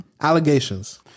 Allegations